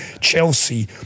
Chelsea